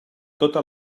tota